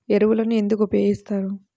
ఎరువులను ఎందుకు ఉపయోగిస్తారు?